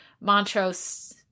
Montrose